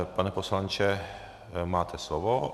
Pane poslanče, máte slovo.